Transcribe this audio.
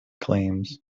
claims